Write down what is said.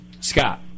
Scott